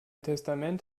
testament